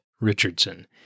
Richardson